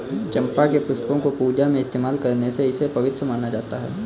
चंपा के पुष्पों को पूजा में इस्तेमाल करने से इसे पवित्र माना जाता